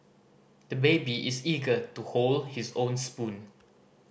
the baby is eager to hold his own spoon